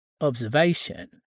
observation